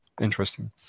interesting